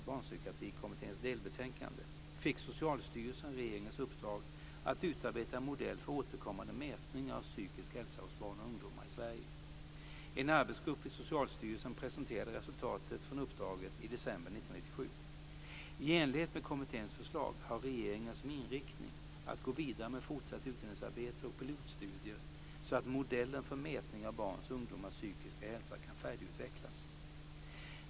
Barnpsykiatrikommitténs delbetänkande fick Socialstyrelsen regeringens uppdrag att utarbeta en modell för återkommande mätningar av psykisk hälsa hos barn och ungdomar i Sverige. En arbetsgrupp vid Socialstyrelsen presenterade resultatet från uppdraget i december 1997. I enlighet med kommitténs förslag har regeringen som inriktning att gå vidare med fortsatt utredningsarbete och pilotstudier, så att modellen för mätning av barns och ungdomars psykiska hälsa kan färdigutvecklas.